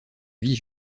vie